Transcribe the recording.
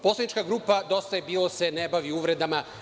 Poslanička grupa „Dosta je bilo“ se ne bavi uvredama.